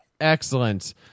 Excellent